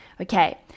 Okay